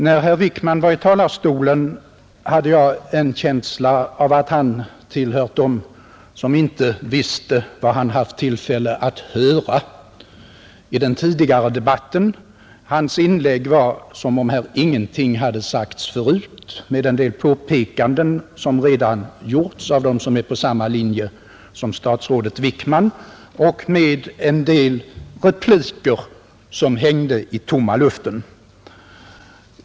När herr Wickman var i talarstolen hade jag en känsla av att han tillhörde dem som inte visste vad han haft tillfälle att höra i den tidigare debatten — hans inlägg var upplagt som om här ingenting hade sagts förut. Det innehöll påpekanden som redan hade gjorts av dem som är på samma linje som statsrådet Wickman och det innehöll en del repliker som hängde i tomma luften.